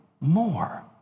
more